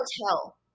hotel